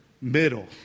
middle